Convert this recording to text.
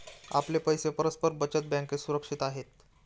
आपले पैसे परस्पर बचत बँकेत सुरक्षित आहेत